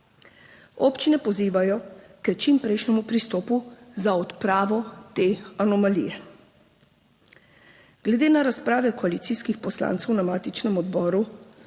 Občine pozivajo k čimprejšnjemu pristopu za odpravo te anomalije. Glede na razprave koalicijskih poslancev na matičnem odboru